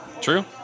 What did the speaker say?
True